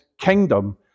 kingdom